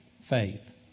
Faith